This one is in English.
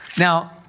Now